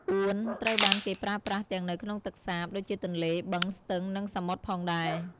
អួនត្រូវបានគេប្រើប្រាស់ទាំងនៅក្នុងទឹកសាប ដូចជាទន្លេ បឹង ស្ទឹង និងសមុទ្រផងដែរ។